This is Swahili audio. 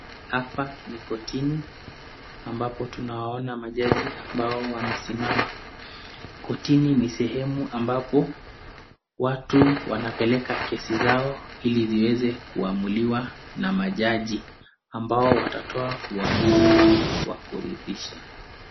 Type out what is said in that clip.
Hapa ni kotini ambapo tunawaona majaji ambao wamesimama, kotini ni sehemu ambapo watu wanapeleka kesi zao iliziweze kuamuliwa na majaji ambao watatoa uamuzi wa kuridhisha.